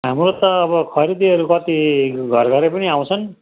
हाम्रो त अब खरिदेहरू कति घर घरै पनि आउँछन्